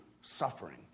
suffering